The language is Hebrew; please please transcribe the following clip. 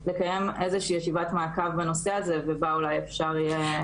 לקיים איזושהי ישיבת מעקב בנושא הזה ובה אפשר אולי יהיה.